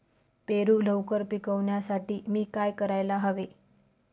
पेरू लवकर पिकवण्यासाठी मी काय करायला हवे?